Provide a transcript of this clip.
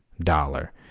dollar